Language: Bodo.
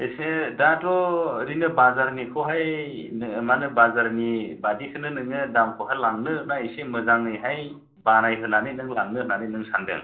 इसे दाथ' ओरैनो बाजारनिखौहाय माने बाजारनि बायदिखौनो नोङो दामखौहाय लांनो ना इसे मोजाङैहाय बानाय होनानै नों लांनो होन्नानै नों सान्दों